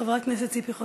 וחברת הכנסת ציפי חוטובלי.